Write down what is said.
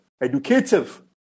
educative